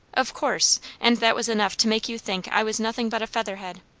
of course and that was enough to make you think i was nothing but a featherhead!